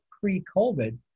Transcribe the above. pre-COVID